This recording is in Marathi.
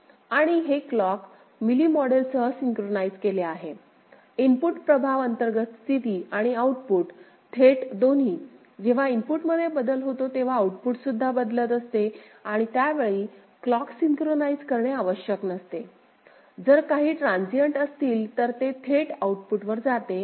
आणि हे क्लॉक मिली मॉडेल सह सिन्क्रोनाईज केले आहे इनपुट प्रभाव अंतर्गत स्थिती आणि आउटपुट थेट दोन्ही जेव्हा इनपुटमध्ये बदल होतो तेव्हा आउटपुट सुद्धा बदलत असते आणि त्यावेळी क्लॉक सिन्क्रोनाईज करणे आवश्यक नसते जर काही ट्रान्झिएंट असतील तर ते थेट आउटपुटवर जाते